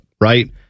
right